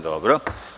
Dobro.